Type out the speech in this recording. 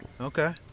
Okay